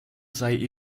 sei